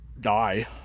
die